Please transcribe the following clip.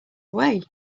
away